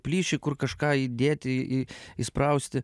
plyšį kur kažką įdėti į įsprausti